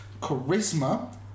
charisma